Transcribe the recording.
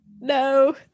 No